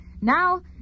Now